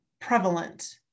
prevalent